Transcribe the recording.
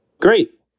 Great